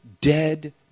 dead